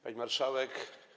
Pani Marszałek!